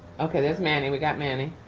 okay, there's manny, we got manny.